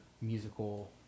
musical